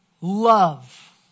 love